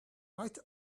light